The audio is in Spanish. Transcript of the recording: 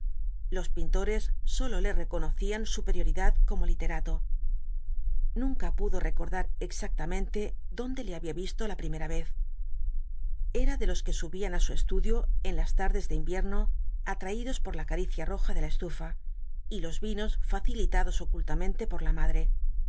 los pintores sólo le reconocían superioridad como literato nunca pudo recordar exactamente dónde le había visto la primera vez era de los que subían a su estudio en las tardes de invierno atraídos por la caricia roja de la estufa y los vinos facilitados ocultamente por la madre